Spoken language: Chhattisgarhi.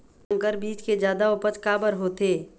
संकर बीज के जादा उपज काबर होथे?